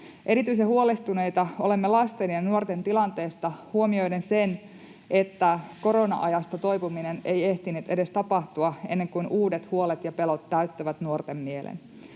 Erityisen huolestuneita olemme lasten ja nuorten tilanteesta huomioiden sen, että korona-ajasta toipuminen ei ehtinyt edes tapahtua, ennen kuin uudet huolet ja pelot täyttivät nuorten mielen.